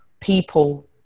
people